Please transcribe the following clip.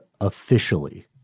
Officially